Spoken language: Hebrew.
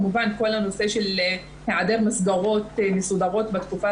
כמובן כל נושא היעדר מסגרות מסודרות בתקופה